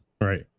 right